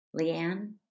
Leanne